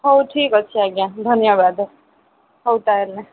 ହଉ ଠିକଅଛି ଆଜ୍ଞା ଧନ୍ୟବାଦ ହଉ ତାହେଲେ